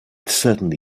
certainly